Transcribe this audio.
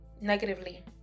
negatively